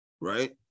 right